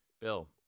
Bill